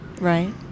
right